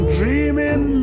Dreaming